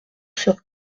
sur